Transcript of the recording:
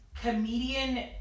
comedian